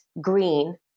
green